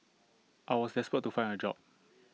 I was desperate to find A job